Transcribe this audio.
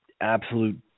absolute –